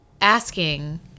asking